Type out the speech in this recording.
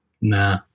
Nah